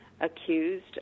accused